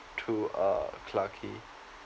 to uh clarke quay